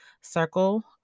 circle